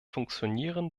funktionieren